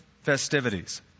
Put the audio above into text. festivities